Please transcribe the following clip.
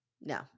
No